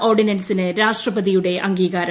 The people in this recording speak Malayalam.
ഓർഡിനൻസിന് രാഷ്ട്രപതിയുടെ അംഗീകാരം